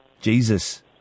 Jesus